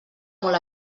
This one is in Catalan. molt